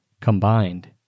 combined